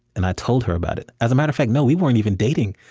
and i told her about it as a matter of fact, no, we weren't even dating.